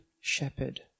shepherd